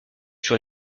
sur